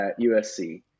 USC